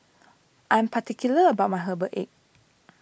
I'm particular about my Herbal Egg